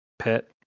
pet